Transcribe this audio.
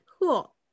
cool